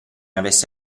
avesse